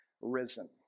risen